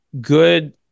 good